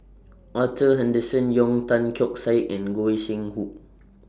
Arthur Henderson Young Tan Keong Saik and Goi Seng Hu